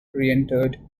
rendered